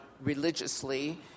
religiously